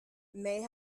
may